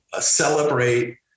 celebrate